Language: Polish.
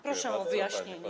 Proszę o wyjaśnienie.